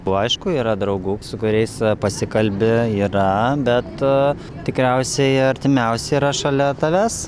buvo aišku yra draugų su kuriais pasikalbi yra bet tikriausiai artimiausi yra šalia tavęs